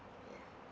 ya